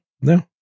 No